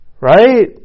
right